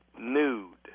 nude